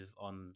on